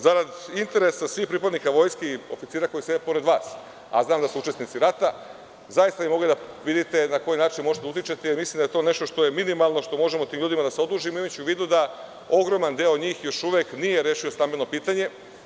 Zarad interesa svih pripadnika Vojske i oficira koji sede pored vas, a znam da su učesnici rata, zaista bi mogli da vidite na koji način možete da utičite jer mislim da je to nešto što je minimalno i kako možemo tim ljudima da se odužimo imajući u vidu da ogroman deo njih još uvek nije rešio stambeno pitanje.